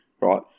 right